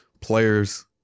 players